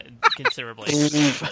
considerably